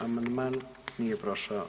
Amandman nije prošao.